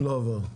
לא עבר.